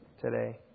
today